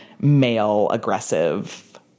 male-aggressive